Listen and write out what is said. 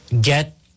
get